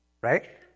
right